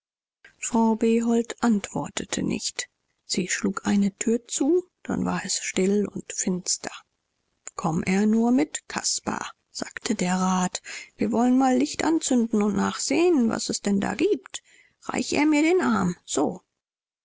frau behold antwortete nicht sie schlug eine tür zu dann war es still und finster komm er nur mit caspar sagte der rat wir wollen mal licht anzünden und nachsehen was es denn da gibt reich er mir den arm so